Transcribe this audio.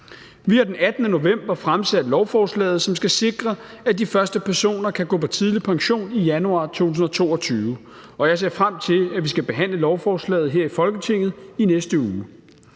Vi har den 18. november fremsat lovforslaget, der skal sikre, at de første personer kan gå på tidlig pension i januar 2022, og jeg ser frem til, at vi skal behandle lovforslaget her i Folketinget i næste uge.